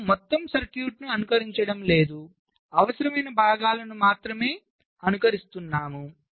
మనము మొత్తం సర్క్యూట్ను అనుకరించడం లేదు అవసరమైన భాగాలను మాత్రమే అనుకరిస్తున్నాము